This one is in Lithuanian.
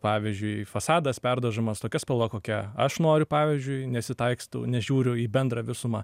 pavyzdžiui fasadas perdažomas tokia spalva kokia aš noriu pavyzdžiui nesitaikstau nežiūriu į bendrą visumą